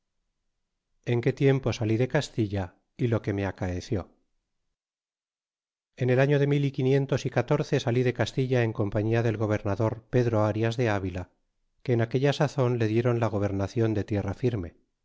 en quó tiempo sali de castilla y lo que me acaeció en el año de mil y quinientos y catorce salí de castilla en compañia del gobernador pedro arias de avila que en aquella sazon le dieron la gobernacion de